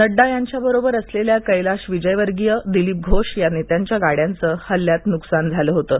नङ्डा यांच्याबरोबर असलल्या कैलाश विजयवर्गीय दिलीप घोष या नस्यांच्या गाड्यांचं हल्ल्यात नुकसान झालं होतं